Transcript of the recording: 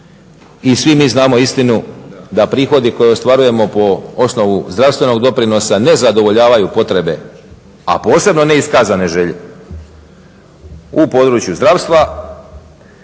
I svi mi znamo istinu da prihodi koje ostvarujemo po osnovu zdravstvenog doprinosa ne zadovoljavaju potrebe, a posebno neiskazane želje u području zdravstva,